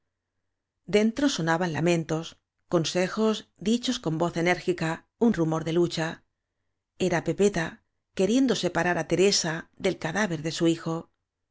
entierro dentro sonaban lamentos consejos dichos con voz enérgica un rumor de lucha era pepeta queriendo separar á teresa del cadá ver de su hijo